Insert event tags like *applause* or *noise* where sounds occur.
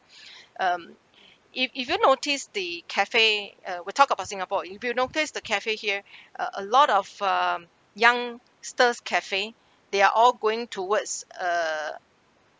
*breath* um if if you notice the cafe uh we talk about singapore if you notice the cafe here uh a lot of um youngsters cafe they're are all going towards uh